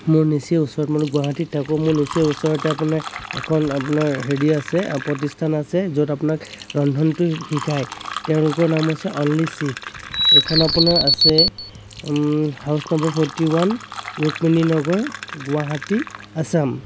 মোৰ নিচেই ওচৰত মই গুৱাহাটীত থাকোঁ মোৰ নিচেই ওচৰতে আপোনাৰ এখন আপোনাৰ হেৰি আছে প্ৰতিষ্ঠান আছে য'ত আপোনাক ৰন্ধনটো শিকায় তেওঁলোকৰ নাম হৈছে অনলী চেফ সেইখন আপোনাৰ আছে house number forty one Rukmini Nagar Guwahati Assam